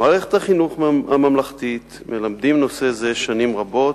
במערכת החינוך הממלכתית מלמדים נושא זה שנים רבות,